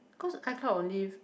cause I can't on leave